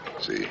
see